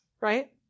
right